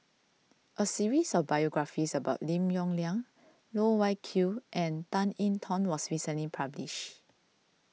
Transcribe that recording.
a series of biographies about Lim Yong Liang Loh Wai Kiew and Tan I Tong was recently published